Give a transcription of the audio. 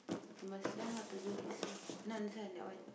you must learn how to do this no this one that one